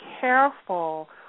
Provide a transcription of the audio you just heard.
careful